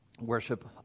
worship